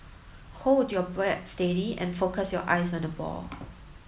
hold your bat steady and focus your eyes on the ball